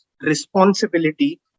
responsibility